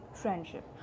friendship